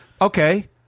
Okay